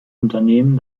unternehmen